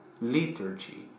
liturgy